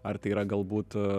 ar tai yra galbūt